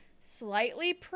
slightly